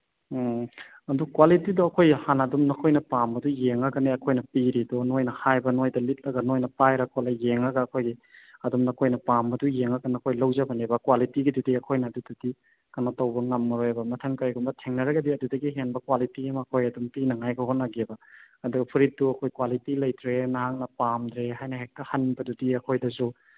ꯎꯝ ꯑꯗꯣ ꯀ꯭ꯋꯥꯂꯤꯇꯤꯗꯣ ꯑꯩꯈꯣꯏ ꯍꯥꯟꯅ ꯑꯗꯨꯝ ꯅꯈꯣꯏꯅ ꯄꯥꯝꯕꯗꯨ ꯌꯦꯡꯉꯒꯅꯦ ꯑꯩꯈꯣꯏꯅ ꯄꯤꯔꯤꯗꯣ ꯅꯣꯏꯅ ꯍꯥꯏꯕ ꯅꯣꯏꯗ ꯂꯤꯠꯂꯒ ꯅꯣꯏꯅ ꯄꯥꯏꯔ ꯈꯣꯠꯂ ꯌꯦꯡꯉꯒ ꯑꯩꯈꯣꯏꯒꯤ ꯑꯗꯨꯝ ꯅꯈꯣꯏꯅ ꯄꯥꯝꯕꯗꯨ ꯌꯦꯡꯉꯒ ꯅꯈꯣꯏ ꯂꯧꯖꯕꯅꯦꯕ ꯀ꯭ꯋꯥꯂꯤꯇꯤꯗꯨꯒꯤꯗꯤ ꯑꯩꯈꯣꯏꯅ ꯑꯗꯨꯗꯨꯗꯤ ꯀꯩꯅꯣ ꯇꯧꯕ ꯉꯝꯃꯔꯣꯏꯕ ꯃꯊꯪ ꯀꯩꯒꯨꯝꯕ ꯊꯦꯡꯅꯔꯒꯗꯤ ꯑꯗꯨꯗꯒꯤ ꯍꯦꯟꯕ ꯀ꯭ꯋꯥꯂꯤꯇꯤ ꯑꯃ ꯑꯩꯈꯣꯏ ꯄꯤꯅꯉꯥꯏꯒ ꯍꯣꯠꯅꯒꯦꯕ ꯑꯗꯨ ꯐꯨꯔꯤꯠꯇꯨ ꯑꯩꯈꯣꯏ ꯀ꯭ꯋꯥꯂꯤꯇꯤ ꯂꯩꯇ꯭ꯔꯦ ꯅꯍꯥꯛꯅ ꯄꯥꯝꯗ꯭ꯔꯦ ꯍꯥꯏꯅ ꯍꯦꯛꯇ ꯍꯟꯕꯗꯨꯗꯤ ꯑꯩꯈꯣꯏꯗꯁꯨ